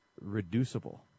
reducible